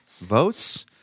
votes